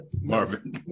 Marvin